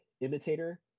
imitator